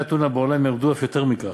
מחירי הטונה בעולם ירדו אף יותר מכך.